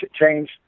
change